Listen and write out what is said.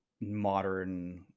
modern